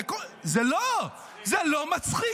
זה לא מצחיק.